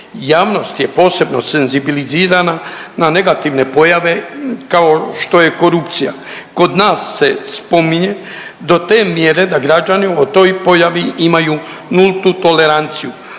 Javnost je posebno senzibilizirana na negativne pojave kao što je korupcija. Kod nas se spominje do te mjere da građani o toj pojavi imaju nultu toleranciju.